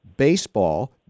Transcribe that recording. Baseball